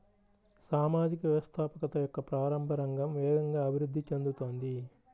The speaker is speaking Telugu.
సామాజిక వ్యవస్థాపకత యొక్క ప్రారంభ రంగం వేగంగా అభివృద్ధి చెందుతోంది